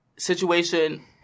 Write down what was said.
Situation